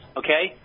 okay